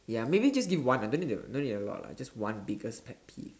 ya maybe just give one lah don't need to don't need a lot lah just one biggest pet peeve